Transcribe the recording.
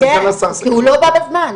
כי הוא לא בא בזמן.